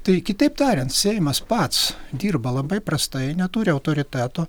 tai kitaip tariant seimas pats dirba labai prastai neturi autoriteto